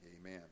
Amen